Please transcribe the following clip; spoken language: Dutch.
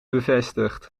bevestigd